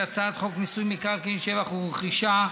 הצעת חוק מיסוי מקרקעין (שבח ורכישה)